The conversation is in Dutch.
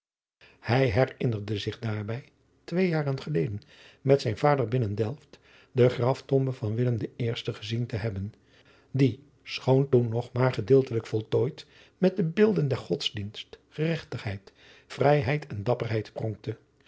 hij herinnerde zich daarbij twee jaren geleden met zijn vader binnen delft de graftombe van willem den i gezien te hebben die schoou toen nog maar gedeeltelijk voltooid met de beelden der godsdienst geregtigheid vrijheid en dapperheid pronkte